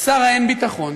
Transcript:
שר האין-ביטחון